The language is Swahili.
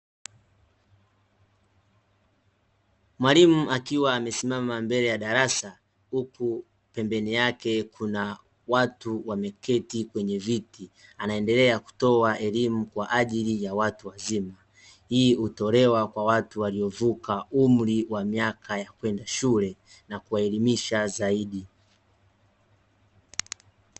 Mwalimu akiwa amesimama mbele ya darasa huku pembeni yake kuna watu wameketi kwenye viti ,anaendelea kutoa elimu kwa ajili ya watu wazima hii utolewa kwa watu waliovuka umri wa miaka ya kwenda shule na kuwaelimisha zaidi.